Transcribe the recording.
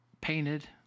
painted